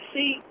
See